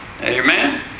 Amen